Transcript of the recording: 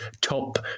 top